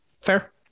Fair